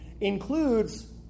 includes